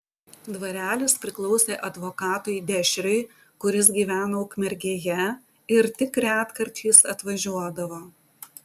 dvarelis priklausė advokatui dešriui kuris gyveno ukmergėje ir tik retkarčiais atvažiuodavo